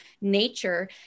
nature